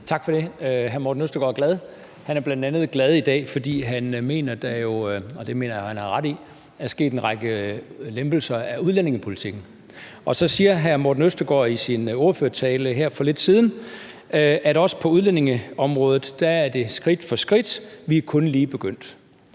Tak for det. Hr. Morten Østergaard er glad. Han er bl.a. glad i dag, fordi han jo mener, der er sket en række lempelser af udlændingepolitikken – og det mener jeg han har ret i. Og så siger hr. Morten Østergaard i sin ordførertale her for lidt siden, at det også på udlændingeområdet går skridt for skridt, og at vi kun lige er begyndt.